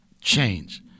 change